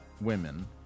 women